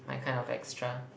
my kind of extra